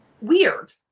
weird